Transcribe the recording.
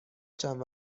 چند